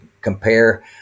compare